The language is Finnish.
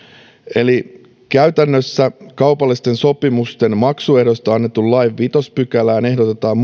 eli käytännössä kaupallisten sopimusten maksuehdoista annetun lain viidettä pykälää ehdotetaan